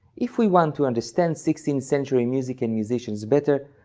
if we want to understand sixteenth century music and musicians better,